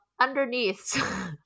underneath